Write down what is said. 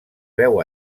veu